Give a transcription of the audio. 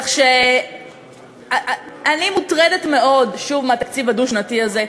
כך שאני מוטרדת מאוד שוב מהתקציב הדו-שנתי הזה.